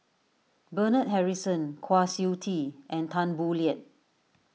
Bernard Harrison Kwa Siew Tee and Tan Boo Liat